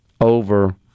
over